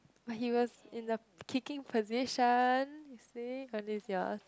but he was in the kicking position